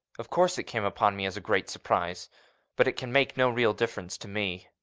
of course it came upon me as a great surprise but it can make no real difference to me.